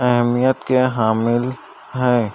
اہمیت کے حامل ہیں